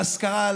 להשכרה,